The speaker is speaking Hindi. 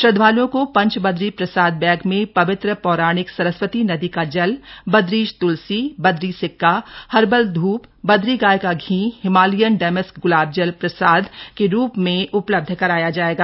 श्रद्वालुओं को पंच बदरी प्रसाद बैग में पवित्र पौराणिक सरस्वती नदी का जल बदरीश त्लसी बद्री सिक्का हर्बल धूप बदरी गाय का घी हिमालयन डेमस्क ग्लाबजल प्रसाद के रूप में उपलब्ध कराया जायेंगा